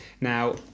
Now